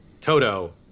Toto